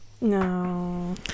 no